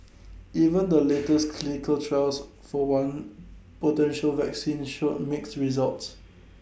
even the latest clinical trials for one potential vaccine showed mixed results